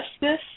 justice